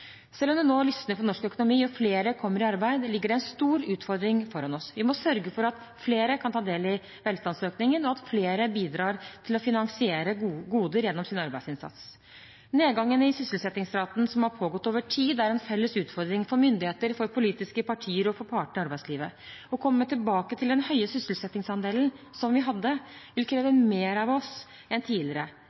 Selv om det nå lysner for norsk økonomi og flere kommer i arbeid, ligger det en stor utfordring foran oss. Vi må sørge for at flere kan ta del i velstandsøkningen, og at flere bidrar til å finansiere goder gjennom sin arbeidsinnsats. Nedgangen i sysselsettingsraten som har pågått over tid, er en felles utfordring – for myndigheter, for politiske partier og for partene i arbeidslivet. Å komme tilbake til den høye sysselsettingsandelen som vi hadde, vil kreve mer av oss enn tidligere.